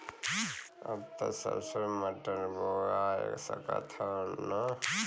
अब त सरसो मटर बोआय सकत ह न?